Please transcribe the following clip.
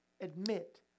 admit